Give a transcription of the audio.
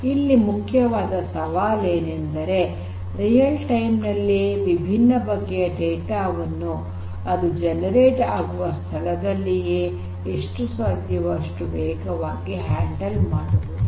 ಇಲ್ಲಿ ಮುಖ್ಯವಾದ ಸವಾಲೇನೆಂದರೆ ರಿಯಲ್ ಟೈಮ್ ನಲ್ಲಿ ವಿಭಿನ್ನ ಬಗೆಯ ಡೇಟಾ ವನ್ನು ಅದು ಉತ್ಪಾದನೆ ಆಗುವ ಸ್ಥಳದಲ್ಲಿಯೇ ಎಷ್ಟು ಸಾಧ್ಯವೋ ಅಷ್ಟು ವೇಗವಾಗಿ ಹ್ಯಾಂಡಲ್ ಮಾಡುವುದು